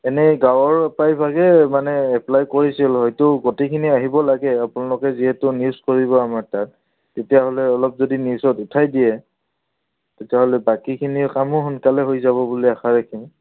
এনেই গাঁৱৰ প্ৰায়ভাগে মানে এপ্লাই কৰিছিল হয়তো গোটেইখিনি আহিব লাগে আপোনালোকে যিহেতু নিউজ কৰিব আমাৰ তাত তেতিয়াহ'লে অলপ যদি নিউজত উঠাই দিয়ে তেতিয়াহ'লে বাকীখিনি কামো সোনকালে হৈ যাব বুলি আশা ৰাখিম